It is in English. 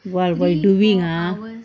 !wah! while doing ah